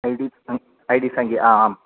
I D I D संख्या आ आम्